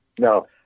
No